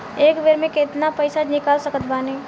एक बेर मे केतना पैसा निकाल सकत बानी?